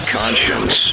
conscience